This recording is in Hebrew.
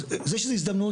זה שזו הזדמנות,